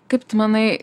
kaip tu manai